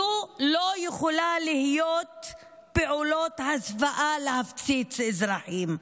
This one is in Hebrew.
זו לא יכולה להיות פעולת הסוואה, להפציץ אזרחים,